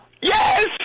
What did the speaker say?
Yes